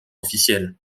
officiels